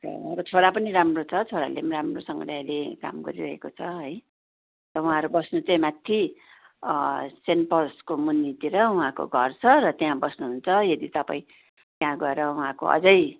र उहाँको छोरा पनि राम्रो छ छोराले पनि राम्रोसँगले अहिले काम गरिरहेको छ है र उहाँहरू बस्नु चाहिँ माथि सेन्ट पवल्सको मुनितिर उहाँको घर छ र त्यहाँ बस्नु हुन्छ यदि तपाईँ त्यहाँ गएर उहाँको अझै